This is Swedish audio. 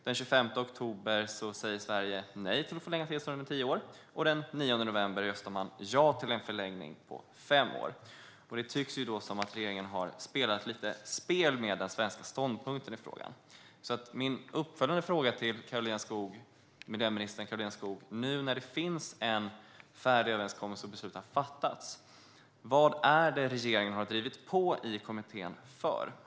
Den 25 oktober sa Sverige nej till att förlänga tillståndet med tio år, och den 9 november röstade man ja till en förlängning på fem år. Det tycks som att regeringen har spelat lite spel med den svenska ståndpunkten i frågan. Min uppföljande fråga till miljöminister Karolina Skog, nu när det finns en färdig överenskommelse och beslut har fattats, är: Vad har regeringen drivit på för i kommittén?